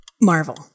Marvel